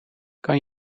kan